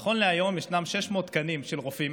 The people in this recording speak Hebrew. נכון להיום יש 600 תקנים של רופאים